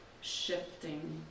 shifting